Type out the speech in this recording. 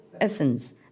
essence